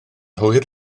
hwyr